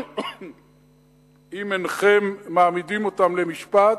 אם אינכם מעמידים אותם למשפט,